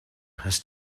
has